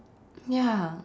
ya